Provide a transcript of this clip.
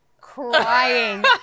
crying